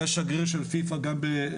והוא היה שגריר של פיפ"א גם בחו"ל.